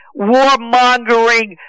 warmongering